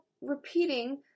repeating